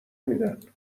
میدن